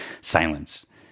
silence